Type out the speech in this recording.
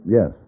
Yes